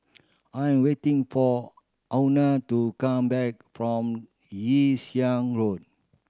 I am waiting for Euna to come back from Yew Siang Road